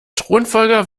thronfolger